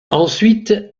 ensuite